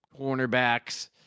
cornerbacks